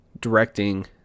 directing